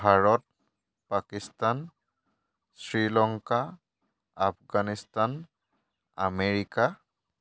Bharat Pakistan Sri Lanka Afghanistan America